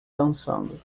dançando